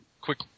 quick